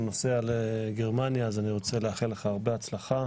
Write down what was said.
הוא נוסע לגרמניה, ואני רוצה לאחל לך הרבה הצלחה.